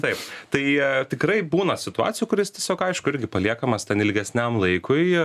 taip tai tikrai būna situacijų kur jis tiesiog aišku irgi paliekamas ten ilgesniam laikui